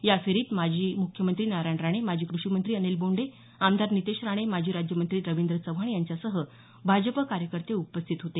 या फेरीत माजी मुख्यमंत्री नारायण राणे माजी क्रषीमंत्री अनिल बोंडे आमदार नितेश राणे माजी राज्यमंत्री रवींद्र चव्हाण यांच्यासह भाजपा कार्यकर्ते उपस्थित होते